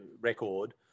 record